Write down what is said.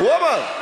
הוא אמר.